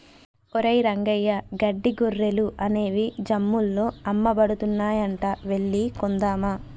ఒరేయ్ రంగయ్య గడ్డి గొర్రెలు అనేవి జమ్ముల్లో అమ్మబడుతున్నాయంట వెళ్లి కొందామా